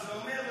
הוא שוחרר כבר,